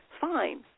fine